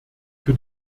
für